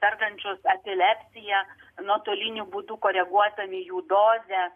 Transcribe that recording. sergančius epilepsija nuotoliniu būdu koreguodami jų dozę